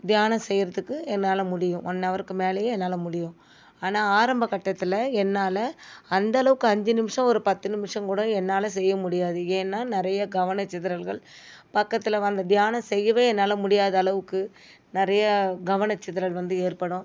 தியானம் செய்யறதுக்கு என்னால் முடியும் ஒன் ஹவருக்கு மேலையே என்னால் முடியும் ஆனால் ஆரம்ப கட்டத்தில் என்னால் அந்த அளவுக்கு அஞ்சு நிமிஷோம் ஒரு பத்து நிமிஷங்கூட என்னால் செய்ய முடியாது ஏன்னால் நிறையா கவனச்சிதறல்கள் பக்கத்தில் வந்து தியானம் செய்யவே என்னால் முடியாத அளவுக்கு நிறையா கவனச்சிதறல் வந்து ஏற்படும்